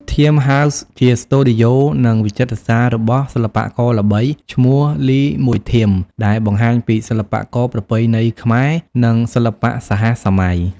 ធៀមស៍ ហោស៍ ជាស្ទូឌីយោ និងវិចិត្រសាលរបស់សិល្បករល្បី ឈ្មោះ លីម មួយធៀម ដែលបង្ហាញពីសិប្បកម្មប្រពៃណីខ្មែរ និងសិល្បៈសហសម័យ។